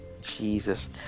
Jesus